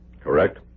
Correct